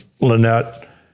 Lynette